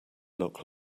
look